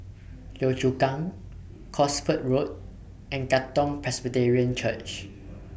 Yio Chu Kang Cosford Road and Katong Presbyterian Church